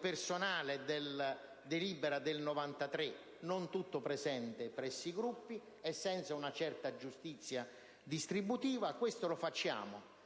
personale di cui alla delibera del 1993, non tutto presente presso i Gruppi, e senza una certa giustizia distributiva. Questo lo facciamo,